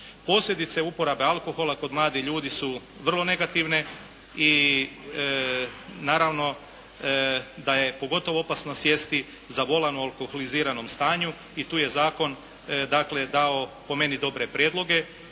Posljedice uporabe alkohola kod mladih ljudi su vrlo negativne i naravno da je pogotovo opasno sjesti za volan u alkoholiziranom stanju i tu je zakon dao po meni dobre prijedloge.